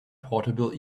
portable